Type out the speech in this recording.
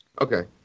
Okay